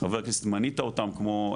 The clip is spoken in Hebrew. ח"כ מנית אותם כמו,